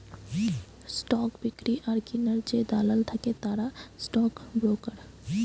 stock বিক্রি আর কিনার যে দালাল থাকে তারা স্টক ব্রোকার